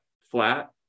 flat